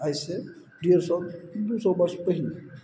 आइसँ डेढ़ सओ दू सओ वर्ष पहिने